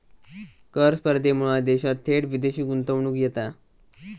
कर स्पर्धेमुळा देशात थेट विदेशी गुंतवणूक येता